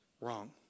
Wrong